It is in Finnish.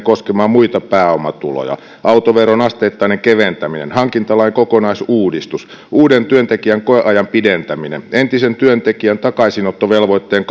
koskemaan muita pääomatuloja autoveron asteittainen keventäminen hankintalain kokonaisuudistus uuden työntekijän koeajan pidentäminen entisen työntekijän takaisinottovelvoitteen